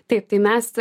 taip tai mes